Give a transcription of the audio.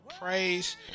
praise